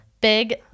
Big